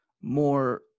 more